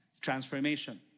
transformation